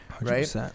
right